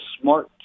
smart